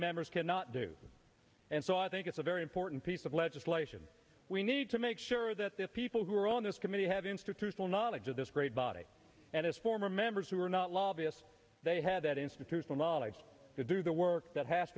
members cannot do and so i think it's a very important piece of legislation we need to make sure that the people who are on this committee have institutional knowledge of this great body and as former members who are not lobbyists they have that institutional knowledge to do the work that has